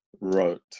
wrote